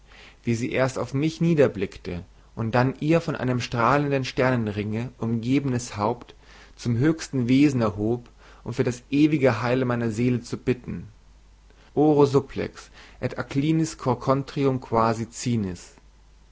wie sie erst auf mich niederblickte und dann ihr von einem strahlenden sternenringe umgebenes haupt zum höchsten wesen erhob um für das ewige heil meiner seele zu bitten oro supplex et